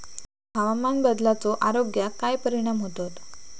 हवामान बदलाचो आरोग्याक काय परिणाम होतत?